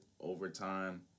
overtime